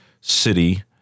city